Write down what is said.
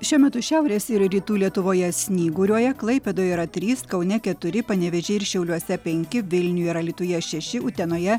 šiuo metu šiaurės rytų lietuvoje snyguriuoja klaipėdoje yra trys kaune keturi panevėžyje ir šiauliuose penki vilniuje ir alytuje šeši utenoje